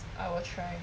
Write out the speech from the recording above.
I will try